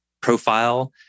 profile